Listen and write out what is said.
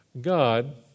God